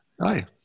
Hi